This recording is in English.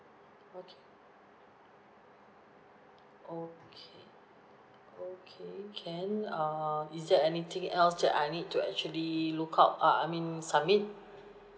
okay okay okay can err is there anything else that I need to actually look out uh I mean submit